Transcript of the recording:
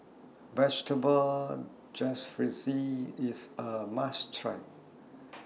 Vegetable IS A must Try